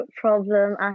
problem